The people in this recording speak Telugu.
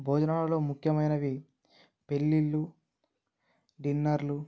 భోజనాలలో ముఖ్యమైనవి పెళ్ళిళ్ళు డిన్నర్లు